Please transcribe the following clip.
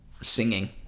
singing